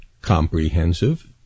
comprehensive